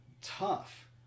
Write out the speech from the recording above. tough